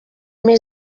mes